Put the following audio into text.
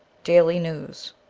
daily news